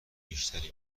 بیشتری